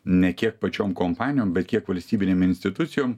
ne kiek pačiom kompanijom bet kiek valstybinėm institucijom